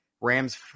Rams